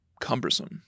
cumbersome